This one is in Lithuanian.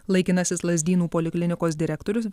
laikinasis lazdynų poliklinikos direktorius